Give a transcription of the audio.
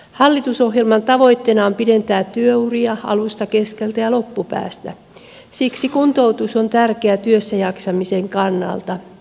hallitusohjelman tavoitteena on pidentää työuria alusta keskeltä ja loppupäästä siksi kuntoutus on tärkeää työssäjaksamisen kannalta